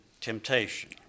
temptation